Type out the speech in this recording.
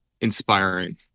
inspiring